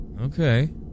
Okay